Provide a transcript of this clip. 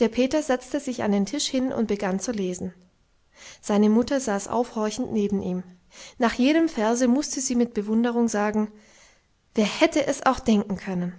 der peter setzte sich an den tisch hin und begann zu lesen seine mutter saß aufhorchend neben ihm nach jedem verse mußte sie mit bewunderung sagen wer hätte es auch denken können